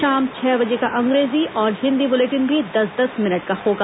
शाम छह बजे का अंग्रेजी और हिन्दी बुलेटिन भी दस दस मिनट का होगा